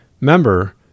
member